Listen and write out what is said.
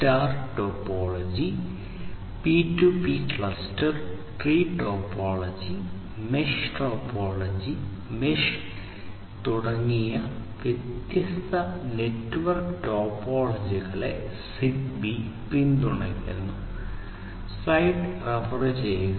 star topology P 2 P cluster tree topology mesh topology mesh തുടങ്ങിയ വ്യത്യസ്ത network ടോപ്പോളജികളെ Zigbee പിന്തുണയ്ക്കുന്നു